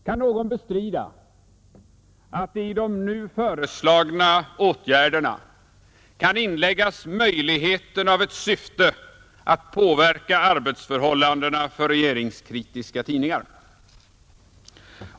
Kan någon bestrida att det i de nu föreslagna åtgärderna kan inläggas möjligheten att ett syfte är att påverka arbetsförhållandena för regeringskritiska tidningar?